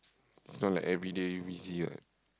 it's not like everyday busy what